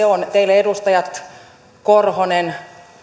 on teille edustajat korhonen